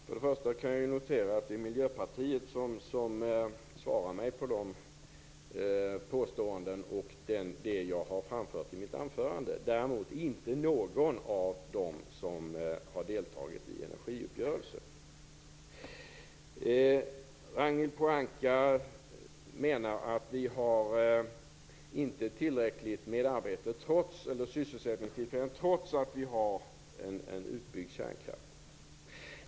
Fru talman! För det första kan jag notera att det är ledamöter från Miljöpartiet som bemöter det som jag har framfört i mitt anförande. Däremot gör inte någon av dem som har deltagit i energiuppgörelsen det. Ragnhild Pohanka menar att vi inte har tillräckligt sysselsättningstillfällen trots att vi har en utbyggd kärnkraft.